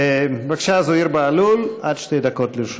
בבקשה, זוהיר בהלול, עד שתי דקות לרשותך.